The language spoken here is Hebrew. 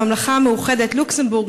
הממלכה המאוחדת לוקסמבורג,